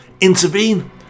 Intervene